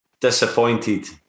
Disappointed